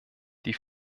die